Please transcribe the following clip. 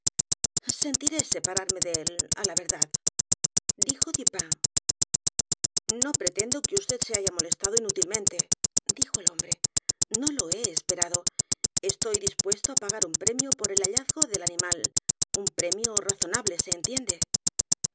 sentiré separarme de él á la verdad dijo dupin no pretendo que vd se haya molestado inútilmente dijo el hombre no lo he esperado estoy dispuesto á pagar un premio por el hallazgo del animal un premio razonable se entiende